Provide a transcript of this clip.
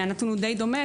הנתון הוא די דומה,